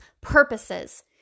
purposes